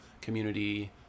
community